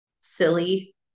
silly